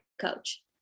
coach